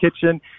kitchen